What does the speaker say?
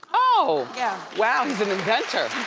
oh yeah wow, he's an inventor!